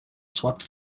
swept